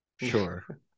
Sure